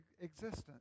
existence